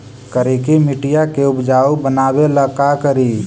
करिकी मिट्टियां के उपजाऊ बनावे ला का करी?